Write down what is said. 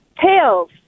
tails